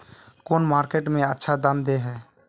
कौन मार्केट में अच्छा दाम दे है?